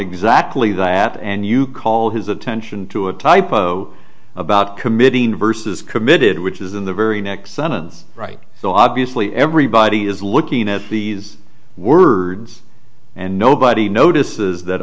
exactly that and you call his attention to a typo about committing versus committed which is in the very next sentence right so obviously everybody is looking at these words and nobody notices that